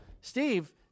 Steve